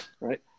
right